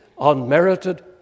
unmerited